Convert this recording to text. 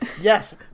Yes